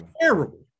Terrible